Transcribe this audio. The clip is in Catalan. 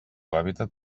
hàbitat